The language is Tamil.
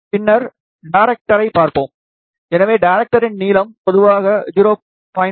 பின்னர் டேரைக்டரை பார்ப்போம் எனவே டேரக்டரின் நீளம் பொதுவாக 0